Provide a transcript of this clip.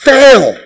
fail